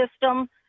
system